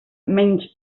menys